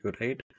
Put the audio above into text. right